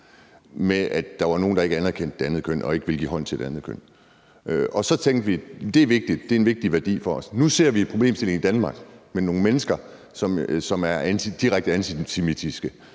med, at der var nogle, der ikke anerkendte det andet køn og ikke ville give hånd til det andet køn. Og så tænkte vi, at det er en vigtig værdi for os. Nu ser vi en problemstilling i Danmark med nogle mennesker, som er direkte antisemitiske